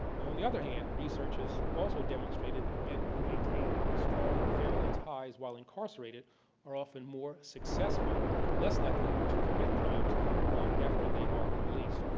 now, on the other hand, research has also demonstrated that men who maintain strong family ties while incarcerated are often more successful and less likely to commit crimes after they are released.